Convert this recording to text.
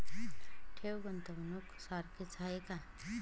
ठेव, गुंतवणूक सारखीच आहे का?